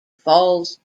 falls